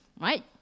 right